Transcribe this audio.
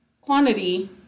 quantity